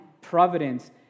providence